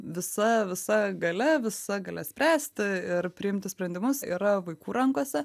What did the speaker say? visa visa galia visa galia spręsti ir priimti sprendimus yra vaikų rankose